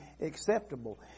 acceptable